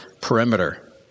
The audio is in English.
perimeter